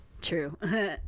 True